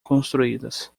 construídas